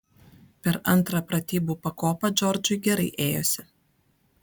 per antrą pratybų pakopą džordžui gerai ėjosi